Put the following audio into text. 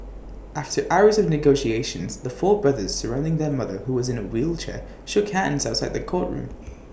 after hours of negotiations the four brothers surrounding their mother who was in A wheelchair shook hands and outside the courtroom